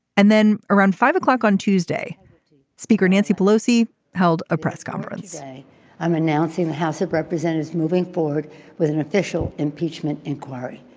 and then around five zero like on tuesday speaker nancy pelosi held a press conference i'm announcing the house of representatives moving forward with an official impeachment inquiry.